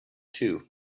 too